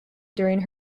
during